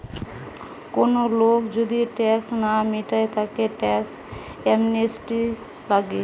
কোন লোক যদি ট্যাক্স না মিটায় তাকে ট্যাক্স অ্যামনেস্টি লাগে